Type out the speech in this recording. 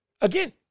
Again